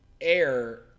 air